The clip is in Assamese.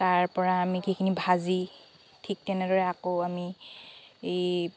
তাৰ পৰা আমি গোটেইখিনি ভাজি ঠিক তেনেদৰে আকৌ আমি এই